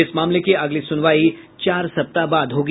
इस मामले की अगली सुनवाई चार सप्ताह बाद होगी